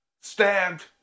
stabbed